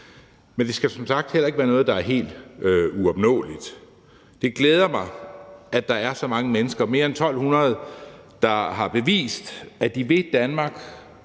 Men det skal som sagt heller ikke være noget, der er helt uopnåeligt. Det glæder mig, at der er så mange mennesker, mere end 1.200, der har bevist, at de vil Danmark